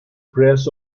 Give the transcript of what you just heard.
press